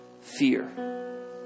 fear